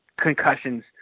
concussions